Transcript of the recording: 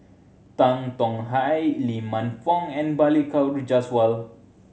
Tan Tong Hye Lee Man Fong and Balli Kaur Jaswal